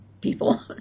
people